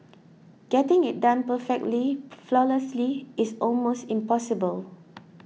getting it done perfectly flawlessly is almost impossible